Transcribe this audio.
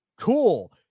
Cool